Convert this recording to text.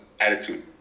attitude